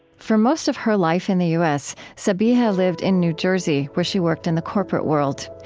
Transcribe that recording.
for most of her life in the u s, sabiha lived in new jersey, where she worked in the corporate world.